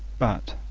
but,